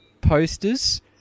posters